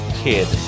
kid